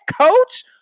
coach